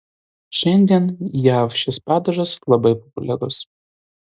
šiandien jav šis padažas labai populiarius